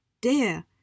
dear